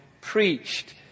preached